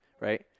right